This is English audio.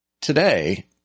Today –